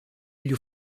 degli